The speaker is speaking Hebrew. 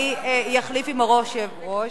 אני אחליף עם היושב-ראש.